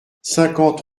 cinquante